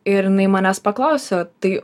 ir jinai manęs paklausė tai